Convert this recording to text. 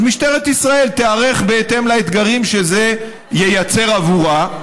אז משטרת ישראל תיערך בהתאם לאתגרים שזה ייצר עבורה.